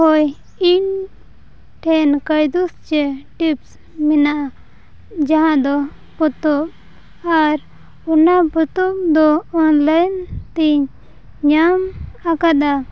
ᱦᱳᱭ ᱤᱧ ᱴᱷᱮᱱ ᱠᱟᱹᱭᱫᱩᱥ ᱪᱮ ᱴᱤᱯᱥ ᱢᱮᱱᱟᱜᱼᱟ ᱡᱟᱦᱟᱸᱫᱚ ᱯᱚᱛᱚᱵᱽ ᱟᱨ ᱚᱱᱟ ᱯᱚᱛᱚᱵᱽᱫᱚ ᱚᱱᱞᱟᱭᱤᱱᱛᱤᱧ ᱧᱟᱢ ᱟᱠᱟᱫᱟ